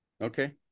okay